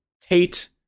tate